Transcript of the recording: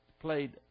played